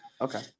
Okay